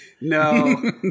No